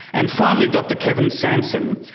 and finally, dr kevin sanson,